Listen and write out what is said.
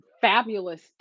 fabulous